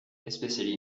especially